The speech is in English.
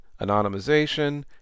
anonymization